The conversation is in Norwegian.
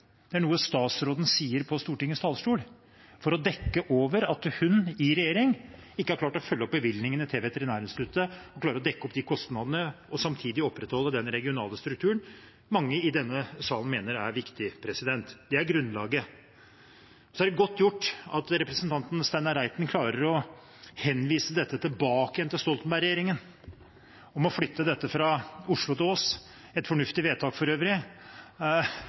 Det er noe statsråden sier på Stortingets talerstol for å dekke over at hun, i regjering, ikke har klart å følge opp bevilgningene til Veterinærinstituttet for å dekke opp kostnadene og samtidig opprettholde den regionale strukturen mange i denne salen mener er viktig. Det er grunnlaget. Så er det godt gjort at representanten Steinar Reiten klarer å henvise dette, å flytte fra Oslo til Ås, tilbake til Stoltenberg-regjeringen – for øvrig et fornuftig vedtak,